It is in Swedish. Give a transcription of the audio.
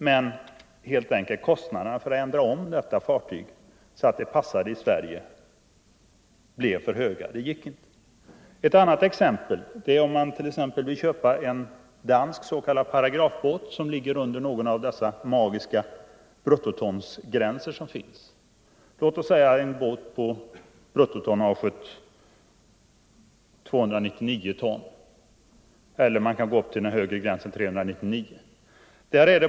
Men kostnaderna för att ändra om detta fartyg så att det passade i Sverige blev helt enkelt för höga. Det gick inte. Ett annat exempel kan gälla inköp av en dansk s.k. paragrafbåt som ligger under någon av våra magiska bruttotonsgränser, låt oss säga en båt med bruttotonnaget 299 ton eller 399, som är den högre gränsen.